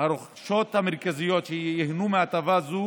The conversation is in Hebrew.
הרוכשות המרכזיות שייהנו מהטבה זו